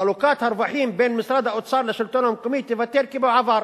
חלוקת הרווחים בין משרד האוצר לשלטון המקומי תיוותר כבעבר,